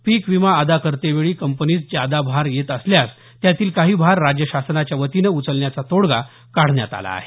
पीक विमा अदा करतेवेळी कंपनीस जादा भार येत असल्यास त्यातील काही भार राज्य शासनाच्या वतीने उचलण्याचा तोडगा काढण्यात आला आहे